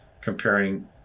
comparing